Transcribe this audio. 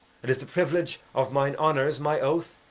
it is the privilege of mine honours, my oath,